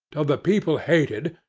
till the people hated,